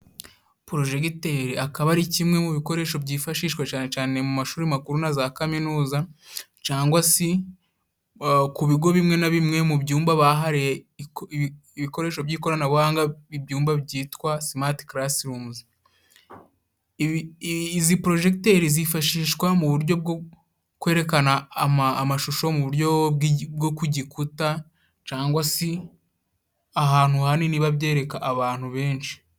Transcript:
Porojegiteri. Akaba ari kimwe mu bikoresho byifashishwa cane cane mu mashuri makuru na za kaminuza, cangwa si ku bigo bimwe na bimwe mu byumba bahariye ibikoresho by'ikoranabuhanga, ibyumba byitwa sumati karasirumuzi. Izi porojegiteri zifashishwa mu buryo bwo kwerekana amashusho mu buryo bwo ku gikuta cangwa si ahantu hanini babyereka abantu benshi.